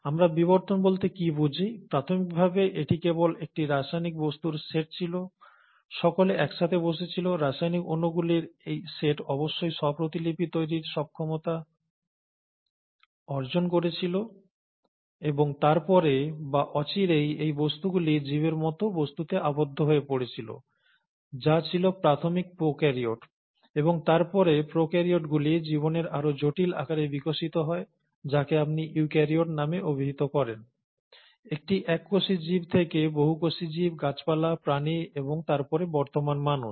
আমরা বিবর্তন বলতে কি বুঝি প্রাথমিকভাবে এটি কেবল একটি রাসায়নিক বস্তুর সেট ছিল সকলে একসাথে বসে ছিল রাসায়নিক অণুগুলির এই সেট অবশ্যই স্ব প্রতিলিপি তৈরির সক্ষমতা অর্জন করেছিল এবং তারপরে বা অচিরেই এই বস্তুগুলি জীবের মতো বস্তুতে আবদ্ধ হয়ে পড়েছিল যা ছিল প্রাথমিক প্রোক্যারিওট এবং তারপরে প্রোক্যারিওটগুলি জীবনের আরও জটিল আকারে বিকশিত হয় যাকে আপনি ইউক্যারিওট নামে অভিহিত করেন একটি এককোষী জীব থেকে বহু কোষী জীব গাছপালা প্রাণী এবং তারপরে বর্তমান মানুষ